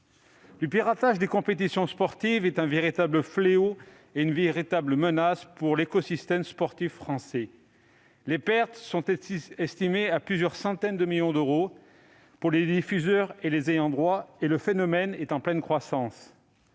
Le piratage des compétitions sportives est un véritable fléau et une réelle menace pour l'écosystème sportif français. Les pertes s'élèvent à plusieurs centaines de millions d'euros pour les diffuseurs et les ayants droit, et le phénomène est en pleine croissance.